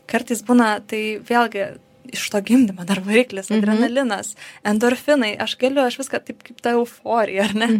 kartais būna tai vėlgi iš to gimdymo dar variklis adrenalinas endorfinai aš galiu aš viską taip kaip ta euforija ar ne